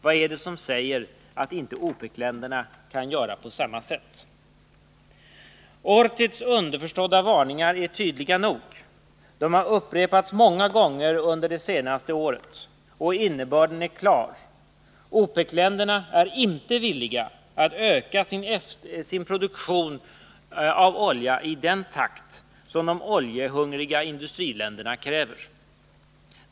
Vad är det som säger att inte OPEC-länderna kan göra på samma sätt? Ortiz underförstådda varningar är tydliga nog. De har upprepats många gånger under det senaste året, och innebörden är klar: OPEC-länderna är inte villiga att öka sin produktion av olja i den takt som de oljehungriga industriländerna kräver.